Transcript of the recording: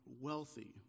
wealthy